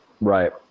Right